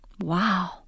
Wow